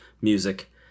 music